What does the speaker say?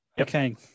okay